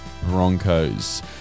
Broncos